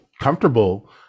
comfortable